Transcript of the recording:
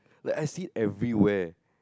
like I see it everywhere